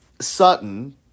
Sutton